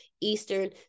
Eastern